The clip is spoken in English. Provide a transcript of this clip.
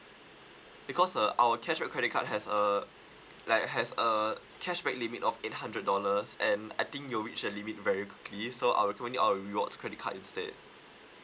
because uh our cashback credit card has uh like has a cashback limit of eight hundred dollars and I think you will reach the limit very quickly so I'll recommend our rewards credit card instead